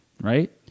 right